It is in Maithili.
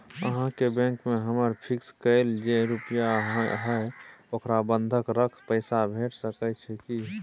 अहाँके बैंक में हमर फिक्स कैल जे रुपिया हय ओकरा बंधक रख पैसा भेट सकै छै कि?